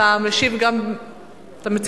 אתה משיב על שתיהן?